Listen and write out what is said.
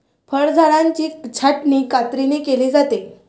फळझाडांची छाटणी कात्रीने केली जाते